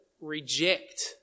reject